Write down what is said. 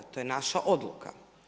To je naša odluka.